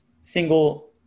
single